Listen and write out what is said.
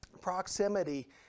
proximity